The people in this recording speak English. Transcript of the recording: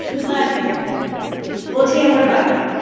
glad to hear it well, tam, what about you?